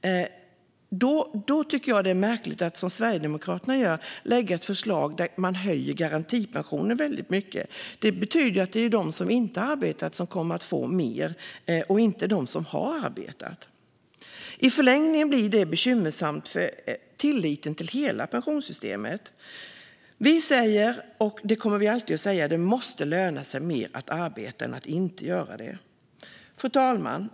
Därför är det märkligt att man som Sverigedemokraterna lägger fram ett förslag som höjer garantipensionen väldigt mycket. Det betyder ju att det är de som inte har arbetat som kommer att få mer, inte de som har arbetat. I förlängningen blir det bekymmersamt för tilliten till hela pensionssystemet. Vi säger - och det kommer vi alltid att göra - att det måste löna sig mer att arbeta än att inte göra det. Fru talman!